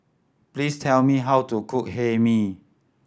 please tell me how to cook Hae Mee